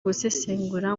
gusesengura